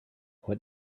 what